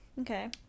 okay